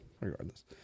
regardless